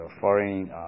foreign